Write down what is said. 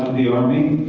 the army,